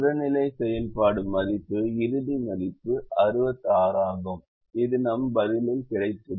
புறநிலை செயல்பாடு மதிப்பு இறுதி மதிப்பு 66 ஆகும் இது நம் பதிலில் கிடைத்தது